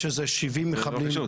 יש איזה 70 מחבלים -- זה לא פשוט,